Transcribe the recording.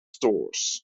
stores